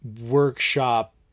workshop